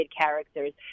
characters